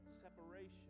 separation